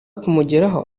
kumugeraho